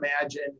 imagine